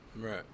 Right